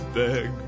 beg